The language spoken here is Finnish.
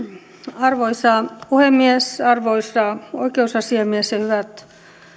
arvoisa puhemies arvoisa oikeusasiamies ja hyvät